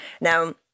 now